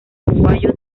uruguayo